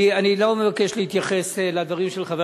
אני לא מבקש להתייחס לדברים של חבר